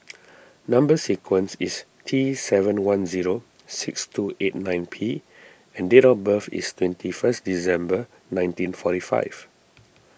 Number Sequence is T seven one zero six two eight nine P and date of birth is twenty first December nineteen forty five